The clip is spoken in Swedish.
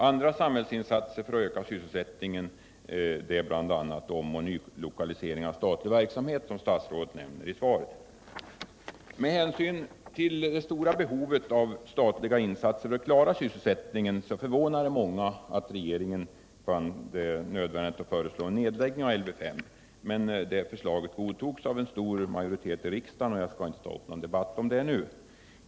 Andra samhällsinsatser för att öka sysselsättningen är omoch nylokalisering av statlig verksamhet, som statsrådet nämnde i svaret. Med hänsyn till det stora behovet av statliga insatser för att klara sysselsättningen förvånar det många att regeringen fann det nödvändigt att föreslå en nedläggning av Lv 5. Men det förslaget godtogs av en stor majoritet i riksdagen, och jag skall inte ta upp någon debatt om det nu.